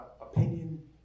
opinion